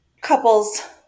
couples